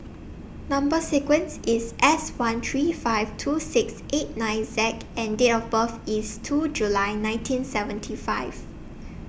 Number sequence IS S one three five two six eight nine Z and Date of birth IS two July nineteen seventy five